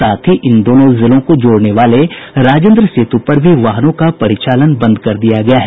साथ ही इन दोनों जिलों को जोड़ने वाले राजेन्द्र सेतु पर भी वाहनों का परिचालन बंद कर दिया गया है